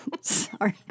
Sorry